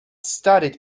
studied